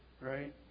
right